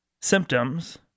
symptoms